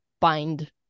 bind